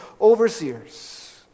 overseers